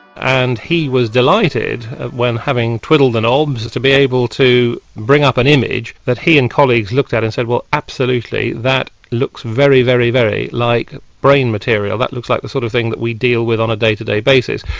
and he was delighted when having twiddled the knobs to be able to bring up an image that he and colleagues looked at and said, well, absolutely, that looks very, very very like brain material. that looks like the sort of thing we deal with on a day to day basis.